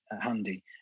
handy